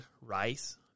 rice